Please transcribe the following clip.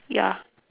ya